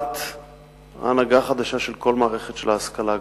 1. ההנהגה החדשה של כל המערכת של ההשכלה הגבוהה,